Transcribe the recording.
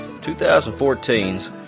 2014's